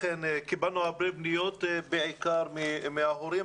אכן קיבלנו הרבה פניות בעיקר מההורים